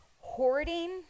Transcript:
hoarding